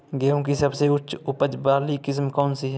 गेहूँ की सबसे उच्च उपज बाली किस्म कौनसी है?